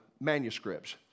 manuscripts